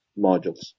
modules